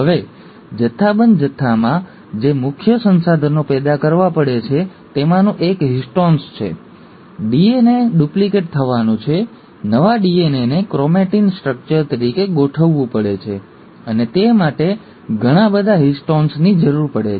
હવે જથ્થાબંધ જથ્થામાં જે મુખ્ય સંસાધનો પેદા કરવા પડે છે તેમાંનું એક હિસ્ટોન્સ છે ડીએનએ ડુપ્લિકેટ થવાનું છે નવા ડીએનએને ક્રોમેટીન સ્ટ્રક્ચર તરીકે ગોઠવવું પડે છે અને તે માટે ઘણા બધા હિસ્ટોન્સની જરૂર પડે છે